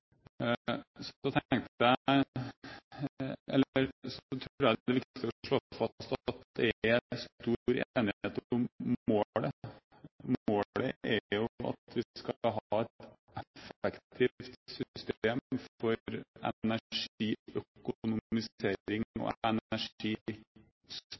så gjelder hvite sertifikat og Enovas rolle, tror jeg det er viktig å slå fast at det er stor enighet om målet. Målet er jo at vi skal ha et effektivt system for energiøkonomisering